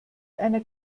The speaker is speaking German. einer